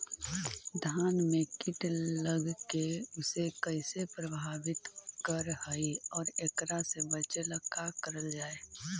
धान में कीट लगके उसे कैसे प्रभावित कर हई और एकरा से बचेला का करल जाए?